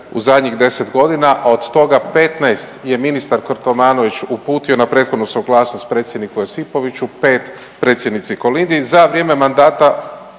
u zadnjih 10 godina, a od toga 15 je ministar Kotromanović uputio na prethodnu suglasnost predsjedniku Josipoviću, 5 predsjednici Kolindi